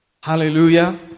Hallelujah